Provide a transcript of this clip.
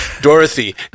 Dorothy